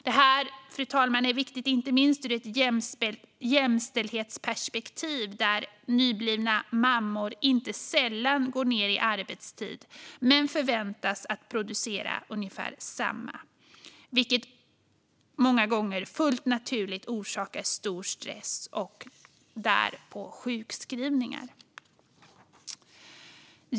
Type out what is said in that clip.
Det här, fru talman, är viktigt ur ett jämställdhetsperspektiv där nyblivna mammor inte sällan går ned i arbetstid men förväntas producera ungefär samma som tidigare, vilket många gånger fullt naturligt orsakar stor stress och därpå sjukskrivningar.